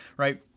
right?